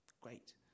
Great